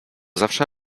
zawsze